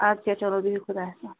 ادٕ کیاہ چلو بیٚہِو خۄدایَس حَوال